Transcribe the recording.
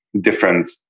different